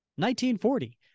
1940